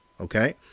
Okay